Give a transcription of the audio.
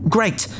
Great